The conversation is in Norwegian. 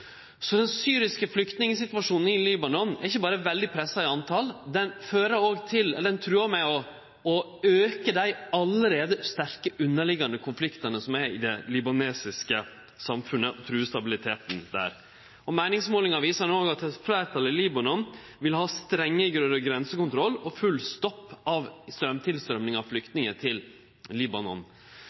Så den syriske flyktningsituasjonen i Libanon er ikkje berre veldig pressa i tal, men den truar òg med å auke dei allereie sterke, underliggande konfliktane som er i det libanesiske samfunnet, og truar stabiliteten der. Meiningsmålingar viser no òg at eit fleirtal i Libanon vil ha strengare grensekontroll og full stopp i tilstrøyminga av flyktningar til Libanon.